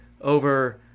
over